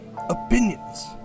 opinions